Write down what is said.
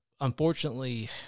unfortunately